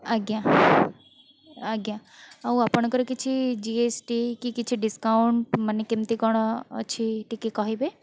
ଆଜ୍ଞା ଆଜ୍ଞା ଆଉ ଆପଣଙ୍କର କିଛି ଜିଏସ୍ଟି କି କିଛି ଡିସକାଉଣ୍ଟ୍ ମାନେ କେମିତି କଣ ଅଛି ଟିକିଏ କହିବେ